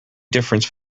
difference